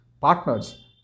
partners